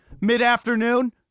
mid-afternoon